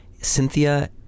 Cynthia